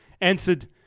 answered